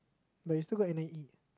but you still go N_I_E